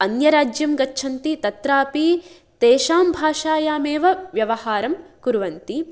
अन्यराज्यं गच्छन्ति तत्रापि तेषां भाषायामेव व्यवहारं कुर्वन्ति